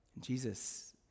Jesus